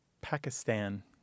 Pakistan